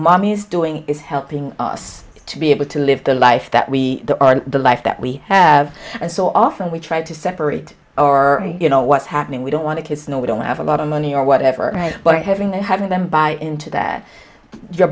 mommy is doing is helping us to be able to live the life that we are and the life that we have and so often we try to separate or you know what's happening we don't want to kids no we don't have a lot of money or whatever but having that having them buy into that